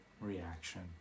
reaction